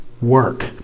work